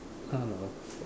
art lor